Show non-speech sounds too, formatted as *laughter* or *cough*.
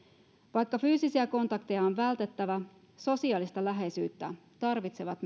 vaikka fyysisiä kontakteja on vältettävä sosiaalista läheisyyttä tarvitsevat *unintelligible*